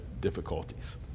difficulties